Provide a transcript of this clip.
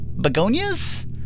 begonias